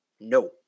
No